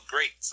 Great